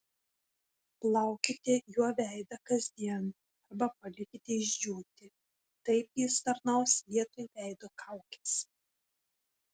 plaukite juo veidą kasdien arba palikite išdžiūti taip jis tarnaus vietoj veido kaukės